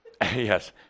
yes